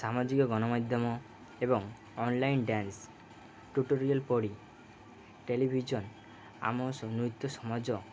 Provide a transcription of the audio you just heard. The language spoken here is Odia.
ସାମାଜିକ ଗଣମାଧ୍ୟମ ଏବଂ ଅନ୍ଲାଇନ୍ ଡ଼୍ୟାନ୍ସ ଟୁଟୋରିଆଲ୍ ପଡ଼ି ଟେଲିଭିଜନ୍ ଆମ ନୃତ୍ୟ ସମାଜ